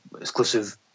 exclusive